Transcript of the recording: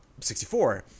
64